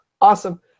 Awesome